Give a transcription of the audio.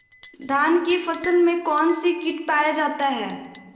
धान की फसल में कौन सी किट पाया जाता है?